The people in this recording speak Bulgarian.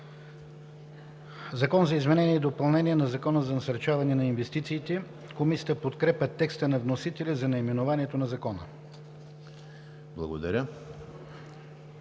„Закон за изменение и допълнение на Закона за насърчаване на инвестициите“. Комисията подкрепя текста на вносителя за наименованието на Закона.